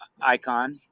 icon